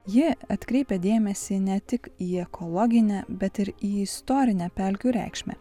ji atkreipia dėmesį ne tik į ekologinę bet ir į istorinę pelkių reikšmę